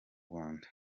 rwanda